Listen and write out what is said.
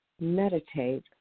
meditate